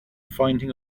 finding